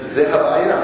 זאת הבעיה.